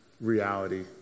reality